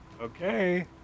Okay